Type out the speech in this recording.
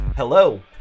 Hello